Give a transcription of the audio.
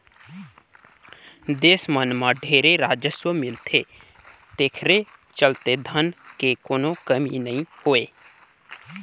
देस मन मं ढेरे राजस्व मिलथे तेखरे चलते धन के कोनो कमी नइ होय